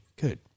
Good